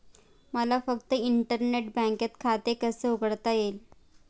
मला फक्त इंटरनेट बँकेत खाते कसे उघडता येईल?